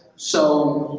so,